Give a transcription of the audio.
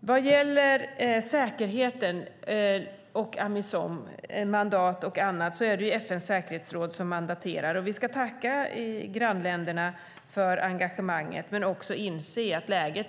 När det gäller säkerheten, Amisom, mandat och annat är det FN:s säkerhetsråd som mandaterar. Vi ska tacka grannländerna för engagemanget men inse att läget